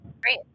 Great